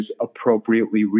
appropriately